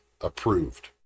approved